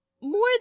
more